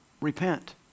Repent